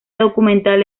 documental